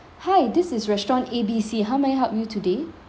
hi this is restaurant A B C how may I help you today